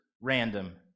random